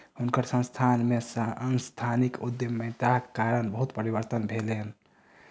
हुनकर संस्थान में सांस्थानिक उद्यमिताक कारणेँ बहुत परिवर्तन भेलैन